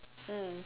mm